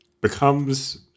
becomes